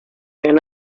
and